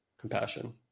compassion